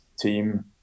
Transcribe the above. team